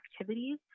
activities